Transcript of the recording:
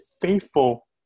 faithful